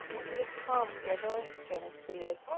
want you to come, giver, jonas pleaded.